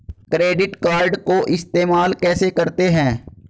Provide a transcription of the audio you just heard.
Credit card को इस्तेमाल कैसे करते हैं?